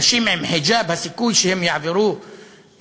נשים עם חיג'אב, הסיכוי שהן יעברו התנכלות,